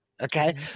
Okay